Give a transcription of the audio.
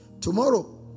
Tomorrow